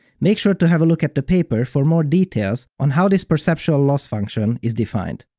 make sure to have a look at the paper for more details on how this perceptual loss function is defined.